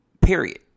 Period